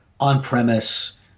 on-premise